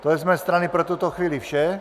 To je z mé strany pro tuto chvíli vše.